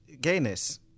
gayness